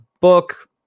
book